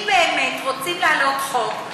אם באמת רוצים להעלות חוק,